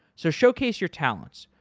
so showcase your talents.